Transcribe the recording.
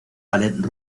ballet